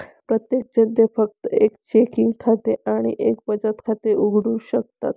प्रत्येकजण जे फक्त एक चेकिंग खाते आणि एक बचत खाते उघडू शकतात